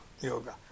Yoga